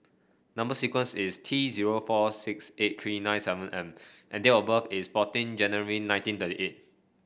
number sequence is T zero four six eight three nine seven M and date of birth is fourteen January nineteen thirty eight